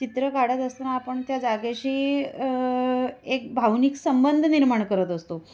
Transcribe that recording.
चित्र काढत असताना आपण त्या जागेशी एक भावनिक संबंध निर्माण करत असतो